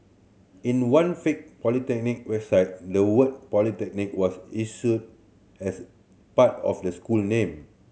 in one fake polytechnic website the word Polytechnic was issue as part of the school name